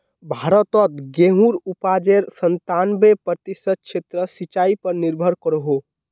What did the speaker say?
भारतोत गेहुंर उपाजेर संतानबे प्रतिशत क्षेत्र सिंचाई पर निर्भर करोह